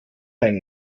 einen